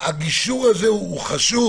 הגישור הזה חשוב